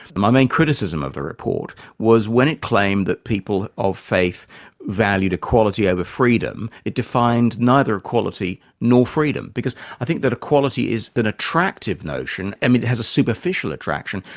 my main criticism of the report was when it claimed that people of faith valued equality over but freedom, it defined neither equality nor freedom. because i think that equality is an attractive notion, i mean it has a superficial attraction,